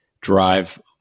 drive